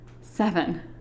Seven